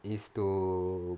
is to